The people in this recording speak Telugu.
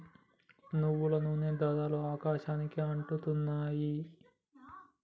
నువ్వుల నూనె ధరలు ఆకాశానికి అంటుతున్నాయి